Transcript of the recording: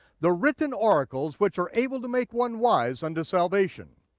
the written oracles which are able to make one wise unto salvation.